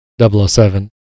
007